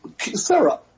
Sarah